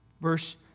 Verse